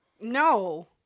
No